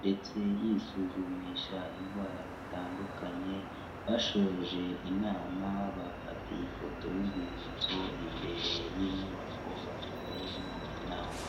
ndetse yisuzumisha indwara zitandukanye, bashoje inama bafatiye ifoto y'urwibutso imbere y'inyubako bakoreyemo inama.